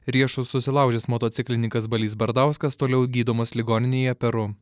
riešus susilaužęs motociklininkas balys bardauskas toliau gydomas ligoninėje peru